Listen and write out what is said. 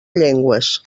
llengües